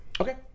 Okay